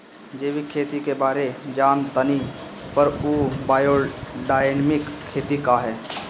जैविक खेती के बारे जान तानी पर उ बायोडायनमिक खेती का ह?